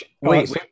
Wait